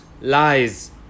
lies